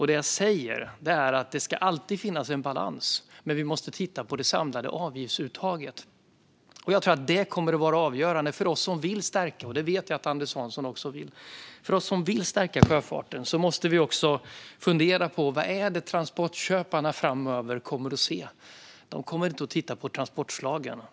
Det jag säger är att det alltid ska finnas en balans, men vi måste titta på det samlade avgiftsuttaget. Jag tror att det kommer att vara avgörande för oss som vill stärka sjöfarten - och det vet jag att Anders Hansson också vill. Vi som vill det måste också fundera på vad det är som transportköparna framöver kommer att se. De kommer inte att titta på transportslagen.